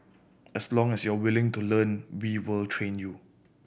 as long as you're willing to learn we will train you